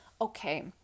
okay